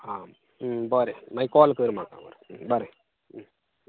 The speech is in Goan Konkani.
हां बरें मागीर काॅल कर म्हाका बरें